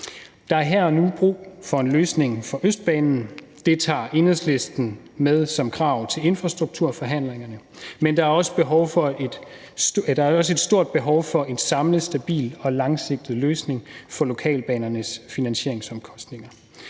Der er her og nu brug for en løsning for Østbanen, det tager Enhedslisten med som krav til infrastrukturforhandlingerne, men der er også et stort behov for en samlet, stabil og langsigtet løsning for lokalbanernes finansieringsomkostninger.